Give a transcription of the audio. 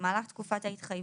במהלך תקופת ההתחייבות,